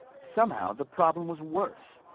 somehow the problem was worse.